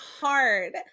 hard